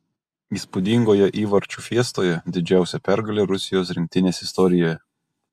įspūdingoje įvarčių fiestoje didžiausia pergalė rusijos rinktinės istorijoje